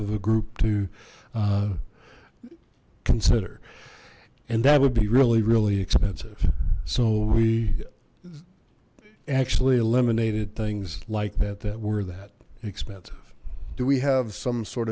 of a group to consider and that would be really really expensive so we actually eliminated things like that that were that expensive do we have some sort